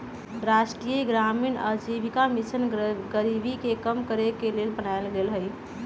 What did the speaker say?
राष्ट्रीय ग्रामीण आजीविका मिशन गरीबी के कम करेके के लेल बनाएल गेल हइ